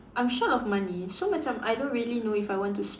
I'm short of money so macam I don't really know if I want to s~